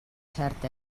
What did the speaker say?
cert